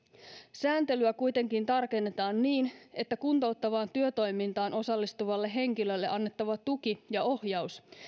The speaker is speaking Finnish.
sääntelyä kuitenkin tarkennetaan niin että kuntouttavaan työtoimintaan osallistuvalle henkilölle annettava tuki ja ohjaus